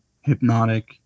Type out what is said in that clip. hypnotic